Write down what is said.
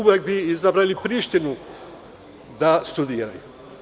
Uvek bi izabrali Prištinu da studiraju.